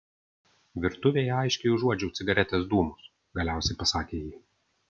virtuvėje aiškiai užuodžiau cigaretės dūmus galiausiai pasakė ji